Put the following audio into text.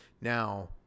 Now